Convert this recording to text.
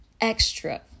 extra